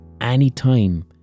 Anytime